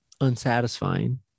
unsatisfying